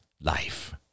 life